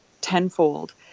tenfold